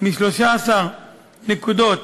מ-13 נקודות